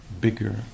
bigger